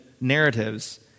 narratives